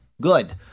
Good